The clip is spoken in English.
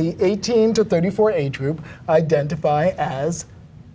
the eighteen to thirty four age group identify as